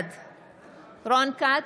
בעד רון כץ,